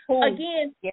Again